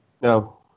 No